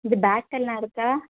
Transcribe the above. இது பேக்கெல்லாம் இருக்கா